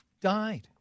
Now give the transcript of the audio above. died